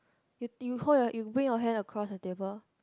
you you hold your you bring your hand across the table